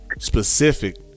specific